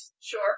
Sure